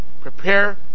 prepare